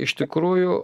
iš tikrųjų